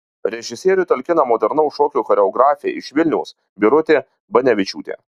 režisieriui talkina modernaus šokio choreografė iš vilniaus birutė banevičiūtė